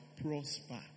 prosper